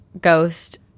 Ghost